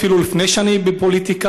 אפילו לפני שאני בפוליטיקה,